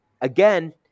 again